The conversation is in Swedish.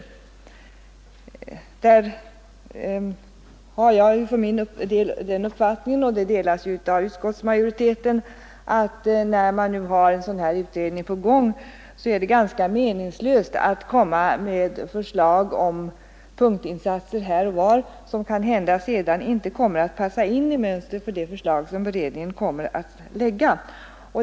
Där har jag för min del den uppfattningen — den delas av utskottsmajoriteten — att det när en sådan här utredning är på gång är ganska meningslöst att komma med förslag om punktinsatser här och var som kanhända sedan inte passar in i mönstret för de förslag som beredningen kommer att framlägga.